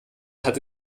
hatte